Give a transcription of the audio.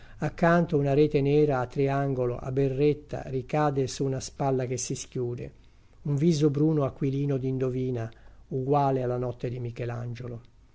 accanto una rete nera a triangolo a berretta ricade su una spalla che si schiude un viso bruno aquilino di indovina uguale a la notte di michelangiolo